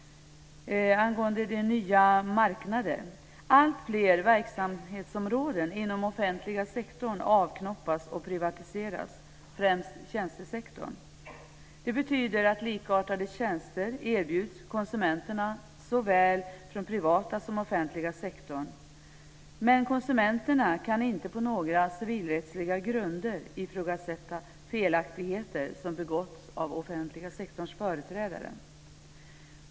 Angående nya marknader kan man säga att alltfler verksamhetsområden inom den offentliga sektorn avknoppas och privatiseras, främst tjänstesektorn. Det betyder att likartade tjänster erbjuds konsumenterna såväl från den privata som från den offentliga sektorn, men konsumenterna kan inte på några civilrättsliga grunder ifrågasätta felaktigheter som begåtts av den offentliga sektorns företrädare.